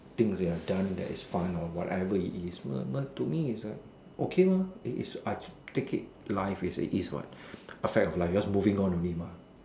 things that you have done that is fun or whatever it is but to me it's like okay mah it is I take it life as it is what a fact of life just moving on only mah